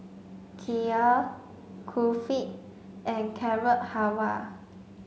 Kheer Kulfi and Carrot Halwa